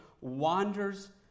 wanders